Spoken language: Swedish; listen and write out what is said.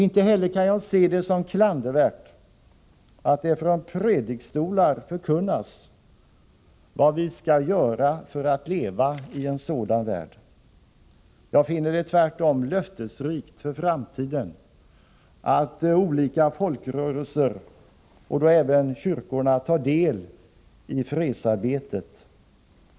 Inte heller kan jag se det som klandervärt att det från predikstolar förkunnas vad vi skall göra för att leva i en sådan värld. Jag finner det tvärtom löftesrikt för framtiden att olika folkrörelser, och då även kyrkorna, tar del i fredsarbetet.